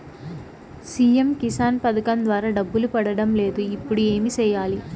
CM Kisan పథకం ద్వారా డబ్బు పడడం లేదు ఇప్పుడు ఏమి సేయాలి